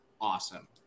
awesome